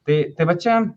tai tai va čia